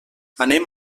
anem